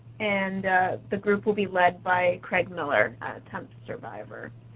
and the group will be led by craig miller, an attempt survivor.